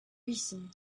reason